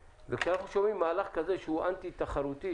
כשאנחנו שומעים על מהלך כזה שהוא אנטי תחרותי,